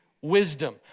wisdom